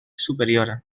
superior